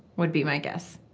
would be my guess.